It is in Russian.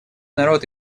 народ